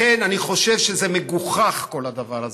לכן אני חושב שזה מגוחך, כל הדבר הזה.